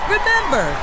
Remember